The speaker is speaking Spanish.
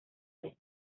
vez